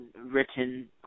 written